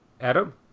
Adam